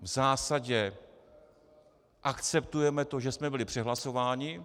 V zásadě akceptujeme to, že jsme byli přehlasováni.